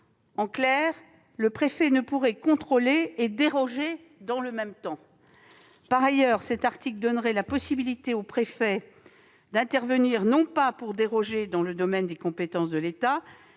En clair, le préfet ne pourrait contrôler et déroger dans le même temps. Par ailleurs, cet article donnerait la possibilité au préfet d'intervenir pour déroger non pas dans le domaine des compétences de l'État,